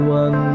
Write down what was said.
one